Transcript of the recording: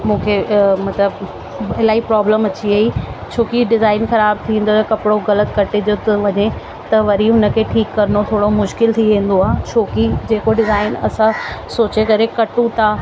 मूंखे मतिलबु इलाही प्रोब्लम अची वई छोकी डिज़ाइन ख़राब थींदो वियो कपिड़ो ग़लति कटिजो थो वञे त वरी हुन खे ठीकु करिणो थोरो मुश्किल थी वेंदो आहे छोकी जेको डिज़ाइन असां सोचे करे कटूं था